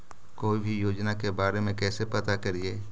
कोई भी योजना के बारे में कैसे पता करिए?